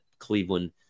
Cleveland